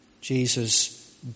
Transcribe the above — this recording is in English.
Jesus